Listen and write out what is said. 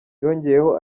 yongeyeho